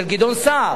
של גדעון סער,